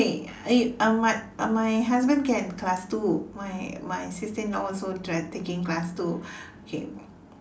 okay uh my uh my husband can class two my my sister in law also drive taking class two okay